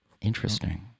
Interesting